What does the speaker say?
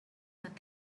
that